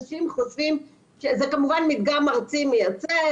זה כמובן מדגם ארצי מייצג,